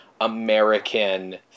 American